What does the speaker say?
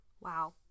Wow